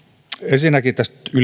ensinnäkin